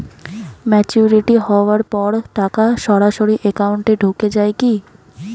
Maturity হওয়ার পর টাকা সরাসরি একাউন্ট এ ঢুকে য়ায় কি?